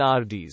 RDs